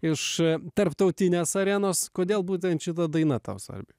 iš tarptautinės arenos kodėl būtent šita daina tau svarbi